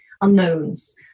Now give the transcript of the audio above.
unknowns